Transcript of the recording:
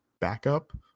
backup